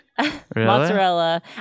mozzarella